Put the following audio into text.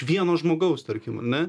vieno žmogaus tarkim ane